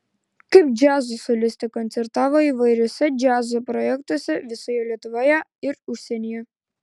kaip džiazo solistė koncertavo įvairiuose džiazo projektuose visoje lietuvoje ir užsienyje